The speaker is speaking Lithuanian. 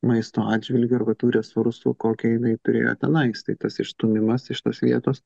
maisto atžvilgiu arba tų resursų kokią jinai turėjo tenais tai tas išstūmimas iš tos vietos